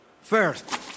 First